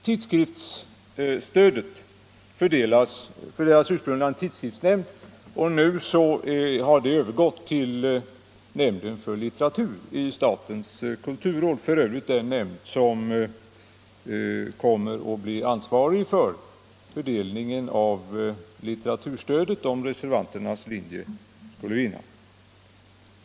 Tidskriftsstödet fördelades ursprungligen av en tidskriftsnämnd, och nu har den uppgiften övergått till nämnden för litteratur i statens kulturråd — f.ö. en nämnd som kommer att bli ansvarig för fördelningen av litteraturstödet om reservanternas linje skulle vinna.